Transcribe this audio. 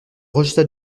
rejeta